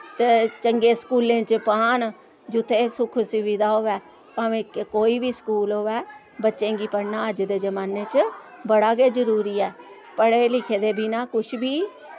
ते चंगे स्कूलें च पान जुत्थै एह् सुख सुविधा होवै भावें कोई बी स्कूल होवै बच्चें गी पढ़ना अज्ज दे जमाने च बड़ा गै जरुरी ऐ पढ़े लिखे दे बिना कुछ बी